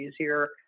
easier